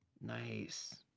Nice